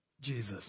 Jesus